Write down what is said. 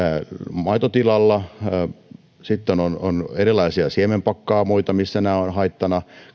maitotilalla sitten on on erilaisia siemenpakkaamoita ja kalanjalostamoja missä nämä ovat haittana